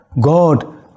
God